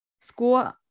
school